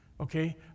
Okay